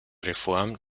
reform